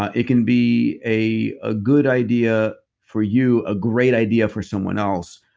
ah it can be a ah good idea for you, a great idea for someone else.